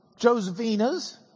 Josephinas